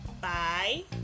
Bye